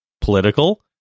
political